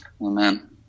Amen